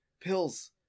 pills